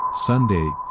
Sunday